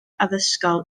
addysgol